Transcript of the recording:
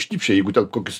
šnypščia jeigu ten kokis